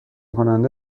کننده